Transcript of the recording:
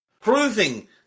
Proving